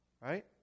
right